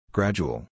Gradual